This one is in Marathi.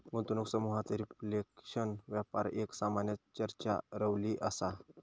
गुंतवणूक समुहात रिफ्लेशन व्यापार एक सामान्य चर्चा रवली असा